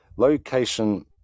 Location